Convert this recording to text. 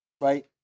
right